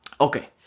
Okay